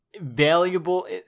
valuable